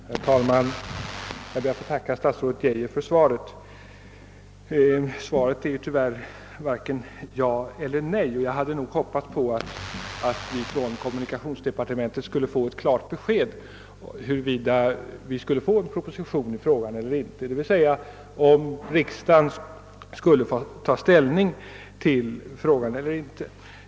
Herr talman! Jag ber att få tacka statsrådet Geijer för svaret på min fråga. Svaret innebär tyvärr varken ett ja eller ett nej. Jag hade hoppats att vi från kommunikationsdepartementet skulle få ett klart besked huruvida det skulle framläggas en proposition i ärendet, så att riksdagen får möjlighet att ta ställning till frågan.